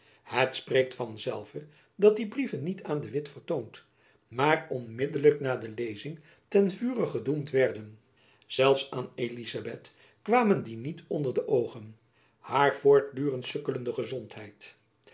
het spreekt van zelve dat die brieven niet aan de witt vertoond maar onmiddelijk na de lezing ten vure gedoemd werden zelfs aan elizabeth kwamen die niet onder de oogen haar voortdurend sukkelende gezondheid